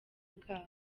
bwabo